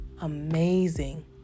amazing